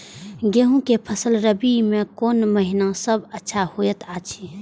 गेहूँ के फसल रबि मे कोन महिना सब अच्छा होयत अछि?